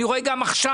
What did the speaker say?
אני רואה גם עכשיו.